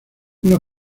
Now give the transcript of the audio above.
una